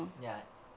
ya